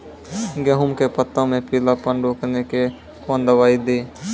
गेहूँ के पत्तों मे पीलापन रोकने के कौन दवाई दी?